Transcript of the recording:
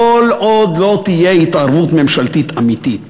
כל עוד לא תהיה התערבות ממשלתית אמיתית.